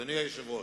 אדוני היושב-ראש,